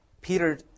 Peter